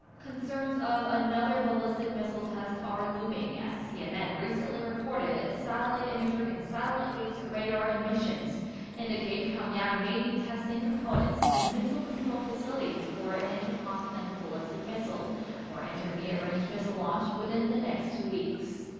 concerns of another ballistic missile test are looming as cnn recently reported satellite imagery and satellite-based radar emissions indicate pyongyang may be testing components and missile control facilities for an intercontinental ballistic missile or intermediate range missile launch within the next two weeks.